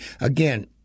Again